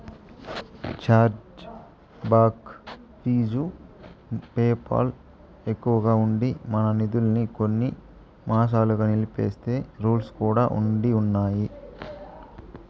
charge back fee PayPal ఎక్కువగా ఉండి, మన నిదుల్మి కొన్ని మాసాలుగా నిలిపేసే రూల్స్ కూడా ఉండిన్నాయి